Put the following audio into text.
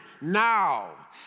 Now